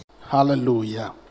Hallelujah